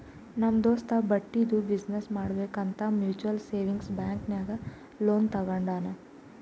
ನಮ್ ದೋಸ್ತ ಬಟ್ಟಿದು ಬಿಸಿನ್ನೆಸ್ ಮಾಡ್ಬೇಕ್ ಅಂತ್ ಮ್ಯುಚುವಲ್ ಸೇವಿಂಗ್ಸ್ ಬ್ಯಾಂಕ್ ನಾಗ್ ಲೋನ್ ತಗೊಂಡಾನ್